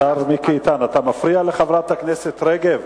השר מיקי איתן, אתה מפריע לחברת הכנסת רגב.